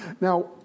Now